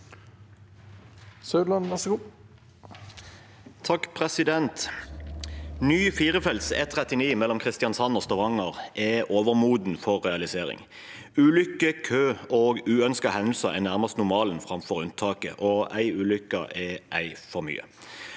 Saudland (FrP) «Ny fi- refelts E39 mellom Kristiansand og Stavanger er overmoden for realisering. Ulykker, kø og uønskede hendelser er nærmest normalen framfor unntaket, og én ulykke er én for mye.